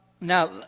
now